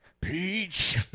Peach